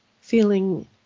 feeling